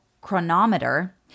chronometer